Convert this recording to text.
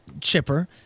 chipper